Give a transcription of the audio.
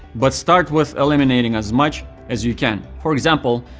but start with eliminating as much as you can. for example,